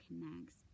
connects